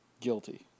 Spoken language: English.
Guilty